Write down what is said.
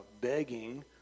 begging